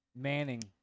Manning